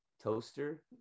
Toaster